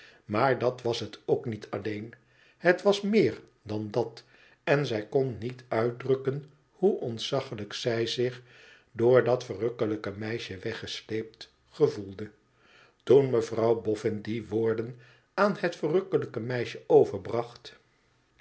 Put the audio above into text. maar dat was het ook niet alleen het was meer dan dat en zij kon niet uitdrukken hoe ontzaglijk zij zich door dat verrukkelijke meisje weggesleept gevoelde toen mevrouw boffin die woorden aan het verrukkelijke meisje overbracht